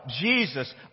Jesus